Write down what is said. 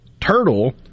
Turtle